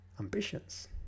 Ambitions